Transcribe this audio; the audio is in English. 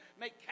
Make